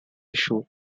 show